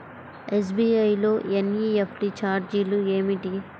SBI లో NEFT ఛార్జీలు ఏమిటి?